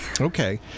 Okay